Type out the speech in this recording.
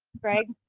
greg?